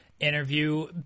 interview